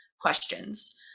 questions